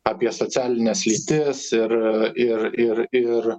apie socialines lytis ir ir ir ir